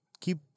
keep